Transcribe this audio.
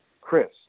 Chris